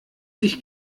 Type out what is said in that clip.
ich